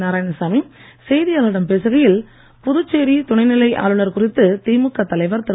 நாராயணசாமி செய்தியாளர்களிடம் பேசுகையில் புதுச்சேரி துணைநிலை ஆளுனர் குறித்து திமுக தலைவர் திரு